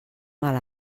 mal